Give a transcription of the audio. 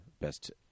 Best